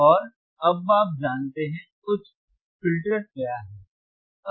और अब आप जानते हैं उच्च फ़िल्टर क्या हैं